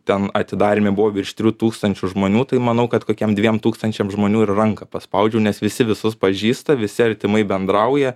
ten atidaryme buvo virš trijų tūkstančių žmonių tai manau kad kokiem dviem tūkstančiam žmonių ir ranką paspaudžiau nes visi visus pažįsta visi artimai bendrauja